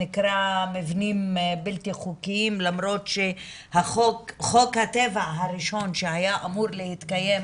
זה נקרא מבנים בלתי חוקיים למרות שחוק הטבע הראשון שהיה אמור להתקיים,